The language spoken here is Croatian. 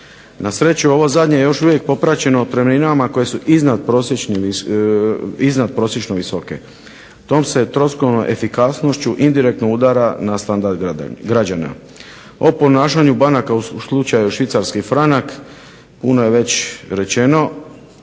Na sreću ovo zadnje još uvijek je popraćeno otpremninama koje su iznadprosječno visoke. Tom se trostrukom efikasnošću indirektno udara na standard građana. O ponašanju banaka u slučaju Švicarski franak puno je već rečeno